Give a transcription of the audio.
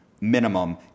minimum